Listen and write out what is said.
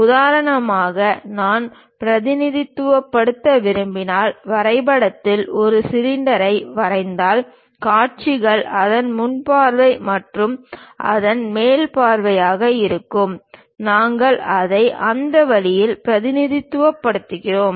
உதாரணமாக நான் பிரதிநிதித்துவப்படுத்த விரும்பினால் வரைபடத்தில் ஒரு சிலிண்டரை வரைந்தால் காட்சிகள் அதன் முன் பார்வை மற்றும் அதன் மேல் பார்வையாக இருக்கும் நாங்கள் அதை அந்த வழியில் பிரதிநிதித்துவப்படுத்துகிறோம்